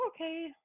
okay